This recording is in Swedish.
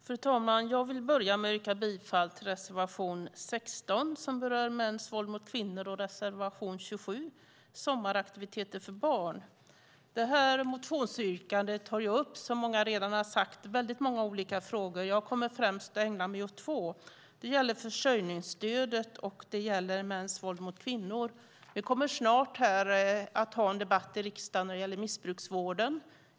Fru talman! Jag vill börja med att yrka bifall till reservation 16 som berör mäns våld mot kvinnor och reservation 27 om sommaraktiviteter för barn. Detta motionsbetänkande tar som många redan har sagt upp väldigt många olika frågor. Jag kommer främst att ägna mig åt två. Det gäller försörjningsstödet och mäns våld mot kvinnor. Vi kommer snart att ha en debatt i riksdagen om missbrukarvården.